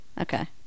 Okay